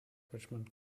richmond